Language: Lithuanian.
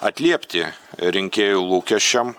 atliepti rinkėjų lūkesčiam